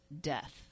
death